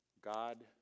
God